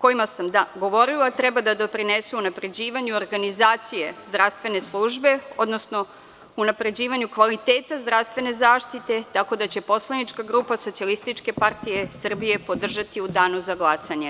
kojima sam govorila treba da doprinesu unapređivanju, organizacije zdravstvene službe, odnosno unapređivanju kvaliteta zdravstvene zaštite, tako će poslanička grupa SPS podržati u danu za glasanje.